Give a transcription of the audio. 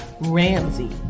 Ramsey